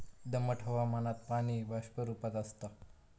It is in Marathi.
दमट हवामानात पाणी बाष्प रूपात आसता